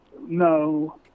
No